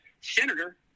senator